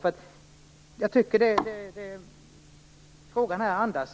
Mitt intryck här är att så är fallet.